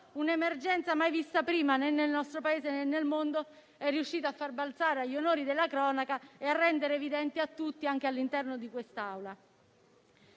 un'emergenza mai vista prima nel nostro Paese e nel mondo è riuscita a far balzare agli onori della cronaca e a rendere evidente a tutti, anche all'interno di quest'Aula.